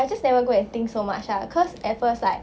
I just never go and think so much lah cause at first like